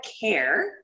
care